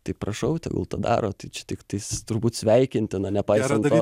tai prašau tegul tą daro tai čia tiktais turbūt sveikintina nepaisant to